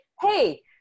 hey